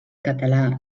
català